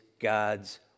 God's